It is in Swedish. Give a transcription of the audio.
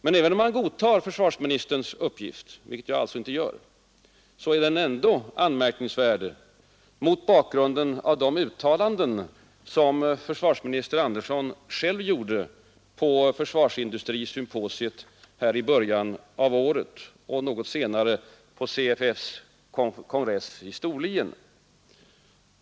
Men även om man godtar f jag alltså inte gör — är den ändå anmärkningsvärd mot bakgrund av de uttalanden som försvarsminister Andersson själv gjorde på försvarsin varsministerns uppgift — vilket dustrisymposiet i början av året och något senare på CF kongress i Storlien.